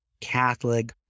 Catholic